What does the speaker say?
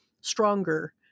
stronger